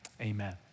Amen